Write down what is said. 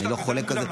ואני לא חולק על זה,